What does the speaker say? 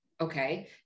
Okay